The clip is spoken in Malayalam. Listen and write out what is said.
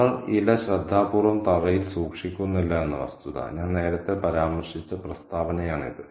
അവൾ ഇല ശ്രദ്ധാപൂർവ്വം തറയിൽ സൂക്ഷിക്കുന്നില്ല എന്ന വസ്തുത ഞാൻ നേരത്തെ പരാമർശിച്ച പ്രസ്താവനയാണിത്